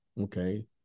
Okay